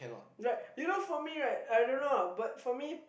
right you know for me right I don't know ah but for me